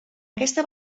aquesta